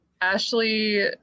Ashley